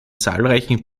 zahlreichen